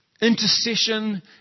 intercession